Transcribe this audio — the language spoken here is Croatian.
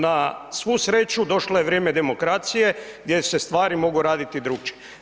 Na svu sreću došlo je vrijeme demokracije gdje se stvari mogu radi drukčije.